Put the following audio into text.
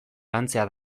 lantzea